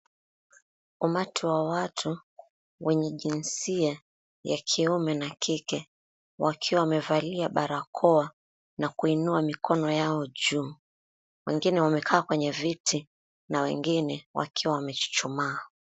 Umati wa watu wenye jinsia ya kiume na kike wakiwa wamevalia barakoa na na kuinua mikono yao juu, wengine wamekaa kwenye viti na wengine wakiwa wamechuchumaa.